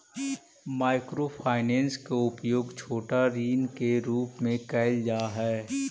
micro finance के उपयोग छोटा ऋण के रूप में कैल जा हई